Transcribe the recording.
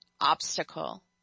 obstacle